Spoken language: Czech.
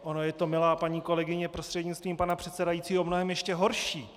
Ono je to, milá paní kolegyně prostřednictvím pana předsedajícího, ještě mnohem horší.